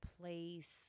place